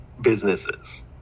businesses